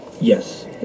Yes